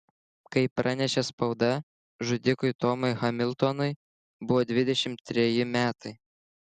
kaip pranešė spauda žudikui tomui hamiltonui buvo dvidešimt treji metai